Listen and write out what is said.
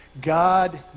God